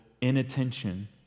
inattention